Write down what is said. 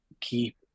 keep